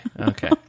okay